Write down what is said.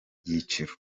cyiciro